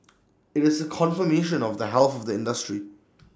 IT is A confirmation of the health of the industry